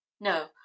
no